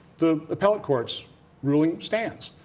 the appellate court ruling stands.